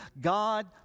God